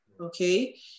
okay